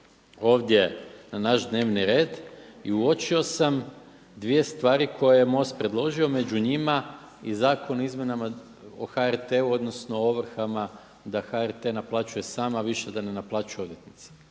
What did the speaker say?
ovdje na naš dnevni red i uočio sam dvije stvari koje je MOST predložio, među njima i Zakon o izmjenama o HRT-u, odnosno ovrhama da HRT naplaćuje sam a više da ne ne naplaćuju odvjetnici.